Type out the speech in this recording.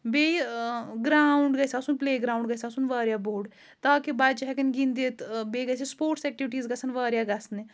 بیٚیہِ گرٛاوُنٛڈ گژھِ آسُن پٕلے گرٛاوُنٛڈ گژھِ آسُن واریاہ بوٚڑ تاکہِ بَچہِ ہٮ۪کَن گِنٛدِتھ بیٚیہِ گژھِ سٕپوٹٕس اٮ۪کٹِوِٹیٖز گژھن واریاہ گژھنہِ